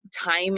time